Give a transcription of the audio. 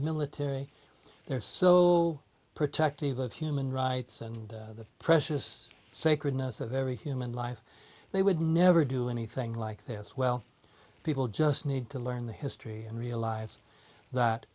military is so protective of human rights and the precious sacredness of every human life they would never do anything like this well people just need to learn the history and realize that